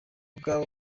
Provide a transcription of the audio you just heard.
bwabo